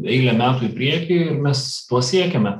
eilę metų į priekį mes pasiekiame